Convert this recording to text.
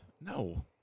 no